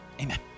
Amen